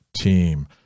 team